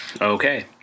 Okay